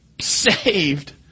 saved